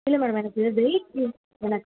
இல்லை மேடம் எனக்கு இது வெயிட் எனக்கு